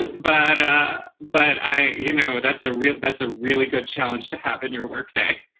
ah but ah but i you know, that's a real that's a really good challenge to have in your work day